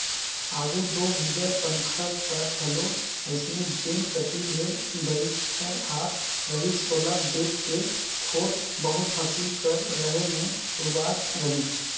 आघु दो बिगर पंखा कर घलो अइसने जेन कती ले बईहर आत रहिस ओला देख के थोर बहुत फसिल कर रहें मे उड़वात रहिन